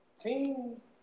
teams